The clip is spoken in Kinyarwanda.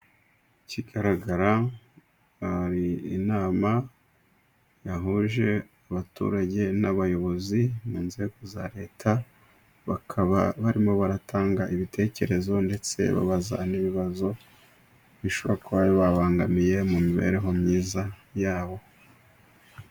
Ikigaragara aha hari inama yahuje abaturage n'abayobozi mu nzego za leta, bakaba barimo baratanga ibitekerezo ndetse babaza n'ibibazo, bishobora kuba bibabangamiye mu mibereho myiza yabo.